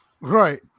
Right